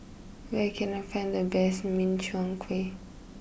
where can I find the best Min Chiang Kueh